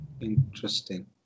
Interesting